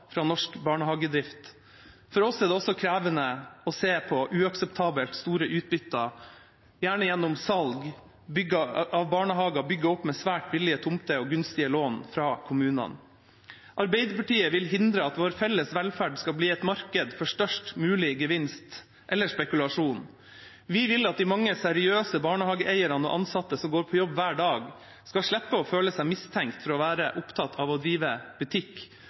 fra norsk barnehagedrift. For oss er det også krevende å se på uakseptabelt store utbytter, gjerne gjennom salg av barnehager bygd opp med svært billige tomter og gunstige lån fra kommunene. Arbeiderpartiet vil hindre at vår felles velferd skal bli et marked for størst mulig gevinst eller spekulasjon. Vi vil at de mange seriøse barnehageeierne og ansatte som går på jobb hver dag, skal slippe å føle seg mistenkt for å være opptatt av å drive butikk.